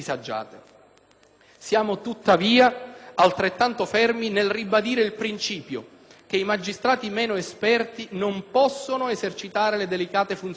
Siamo, tuttavia, altrettanto fermi nel ribadire il principio che i magistrati meno esperti non possono esercitare le delicate funzioni monocratiche